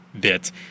bit